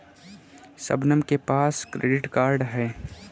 शबनम के पास credit card है